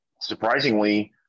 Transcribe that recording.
surprisingly